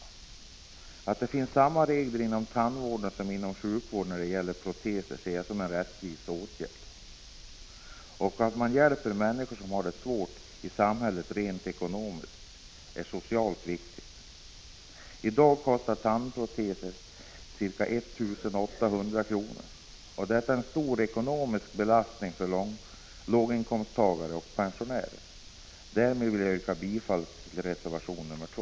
Att inom tandvården införa samma regler som gäller inom sjukvården när det gäller proteser ser jag som en rättviseåtgärd. Att man hjälper människor som har det svårt i samhället rent ekonomiskt är socialt viktigt. I dag kostar tandproteser ca 1 800 kr. Det är en stor ekonomisk belastning för låginkomsttagare och pensionärer. Jag yrkar bifall till reservation nr 2.